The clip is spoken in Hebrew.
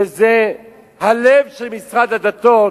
שזה הלב של משרד הדתות,